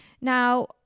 now